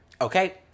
Okay